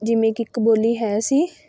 ਜਿਵੇਂ ਕਿ ਇੱਕ ਬੋਲੀ ਹੈ ਸੀ